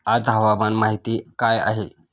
आज हवामान माहिती काय आहे?